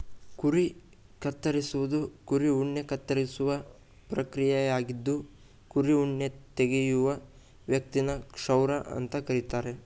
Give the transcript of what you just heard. ಕುರಿ ಕತ್ತರಿಸುವುದು ಕುರಿ ಉಣ್ಣೆ ಕತ್ತರಿಸುವ ಪ್ರಕ್ರಿಯೆಯಾಗಿದ್ದು ಕುರಿ ಉಣ್ಣೆ ತೆಗೆಯುವ ವ್ಯಕ್ತಿನ ಕ್ಷೌರ ಅಂತ ಕರೀತಾರೆ